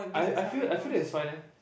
I I feel I feel that it's fine eh